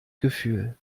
gefühl